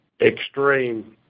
extreme